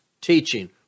teaching